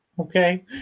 Okay